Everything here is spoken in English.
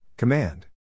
Command